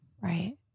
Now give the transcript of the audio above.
Right